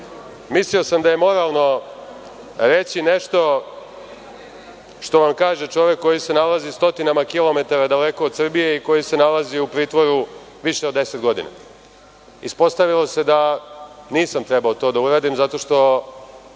Mislio sam da je moralno reći nešto što vam kaže čovek koji se nalazi stotinama kilometara daleko od Srbije i koji se nalazi u pritvoru više od 10 godina. Ispostavilo se da nisam trebao to da uradim, zato što